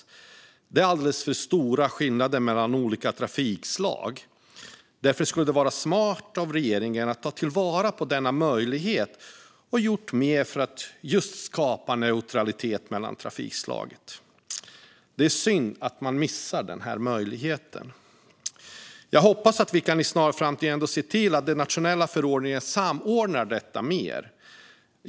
Det är alldeles för stora skillnader mellan olika trafikslag. Därför skulle det vara smart av regeringen att ta vara på denna möjlighet och göra mer för att just skapa neutralitet mellan trafikslagen. Det är synd att man missar denna möjlighet. Jag hoppas att vi ändå i en snar framtid kan se till att en nationell förordning samordnar detta mer.